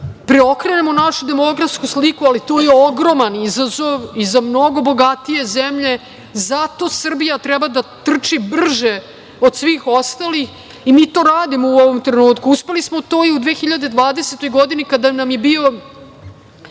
preokrenemo našu demografsku sliku, ali to je ogroman izazov i za mnogo bogatije zemlje. Zato Srbija treba da trči brže od svih ostalih i mi to radimo u ovom trenutku. Uspeli smo to i u 2020. godini kada nam je bio,